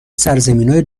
سرزمینای